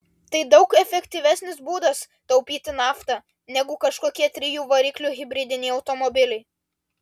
tai daug efektyvesnis būdas taupyti naftą negu kažkokie trijų variklių hibridiniai automobiliai